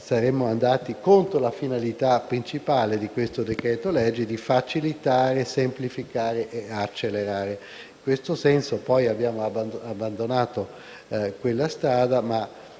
saremmo andati contro la finalità principale di questo decreto-legge: quella di facilitare, semplificare e accelerare. In questo senso abbiamo abbandonato questa strada, ma